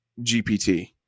GPT